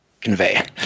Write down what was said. convey